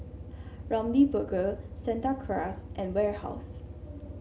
Ramly Burger Santa Cruz and Warehouse